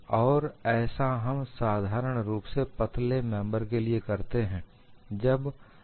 और ऐसा हम साधारण रूप से पतले मेंबर के लिए करते हैं